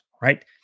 right